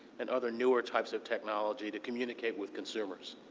and other newer types of technology to communicate with consumers?